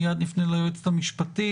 מייד נפנה ליועצת המשפטית.